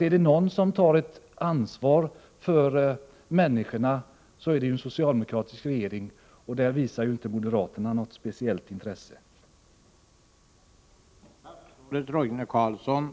Är det någon som tar ansvar för människorna, är det en socialdemokratisk regering. Moderaterna visar inte något speciellt intresse i det avseendet.